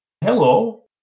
hello